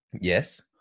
Yes